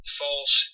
false